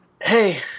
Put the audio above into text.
Hey